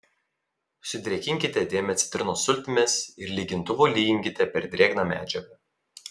sudrėkinkite dėmę citrinos sultimis ir lygintuvu lyginkite per drėgną medžiagą